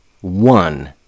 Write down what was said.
one